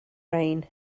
rain